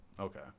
Okay